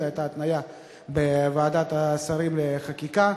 זו היתה התניה בוועדת השרים לחקיקה,